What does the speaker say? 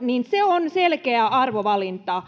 [Krista